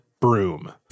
broom